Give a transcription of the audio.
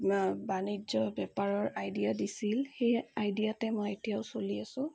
বাণিজ্য বেপাৰৰ আইডিয়া দিছিল সেই আইডিয়াতে মই এতিয়াও চলি আছোঁ